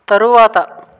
తరువాత